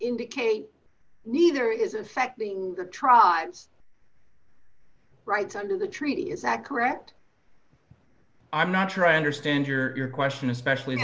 indicate neither is affecting the tribes rights under the treaty is that correct i'm not sure i understand your question especially